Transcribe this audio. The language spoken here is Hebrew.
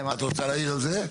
רוצה להעיר על זה?